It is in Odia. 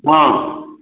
ହଁ